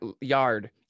yard